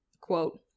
quote